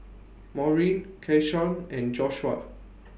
Maurine Keshawn and Joshuah